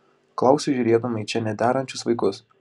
klausiu žiūrėdama į čia nederančius vaikus